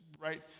right